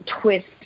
twist